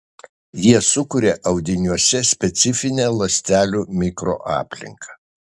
jie sukuria audiniuose specifinę ląstelių mikroaplinką